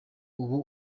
ubu